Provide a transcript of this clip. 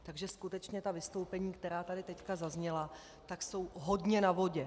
Takže skutečně ta vystoupení, která tady teď zazněla, jsou hodně na vodě.